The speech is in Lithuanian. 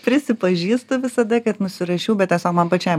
prisipažįstu visada kad nusirašiau bet tiesa man pačiai